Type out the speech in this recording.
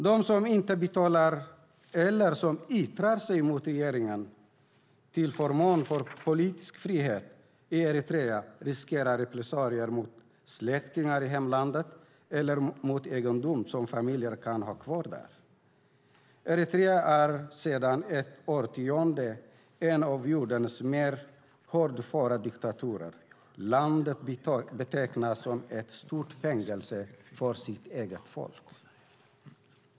De som inte betalar eller som yttrar sig mot regimen till förmån för politisk frihet i Eritrea riskerar repressalier mot släktingar i hemlandet eller mot egendom som familjen kan ha kvar där. Eritrea är sedan ett årtionde en av jordens mer hårdföra diktaturer. Landet betecknas som ett stort fängelse för sitt eget folk.